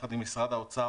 יחד עם משרד האוצר,